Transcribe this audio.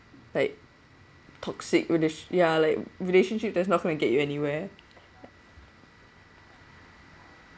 like toxic relatio~ ya like relationship that's not going to get you anywhere